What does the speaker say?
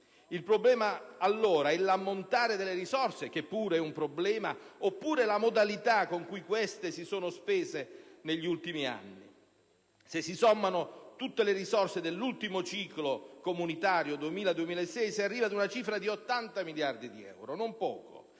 Il problema allora è l'ammontare delle risorse - che pure è un problema - oppure la modalità con cui queste si sono spese negli ultimi anni? Se si sommano tutte le risorse dell'ultimo ciclo comunitario 2000-2006 si arriva ad una cifra di 80 miliardi di euro, non poco.